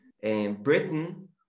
Britain